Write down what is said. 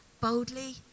boldly